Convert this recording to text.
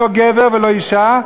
לא גבר ולא אישה,